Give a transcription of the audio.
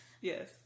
yes